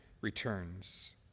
returns